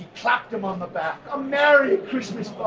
clapped him on the back. a merry christmas, bob,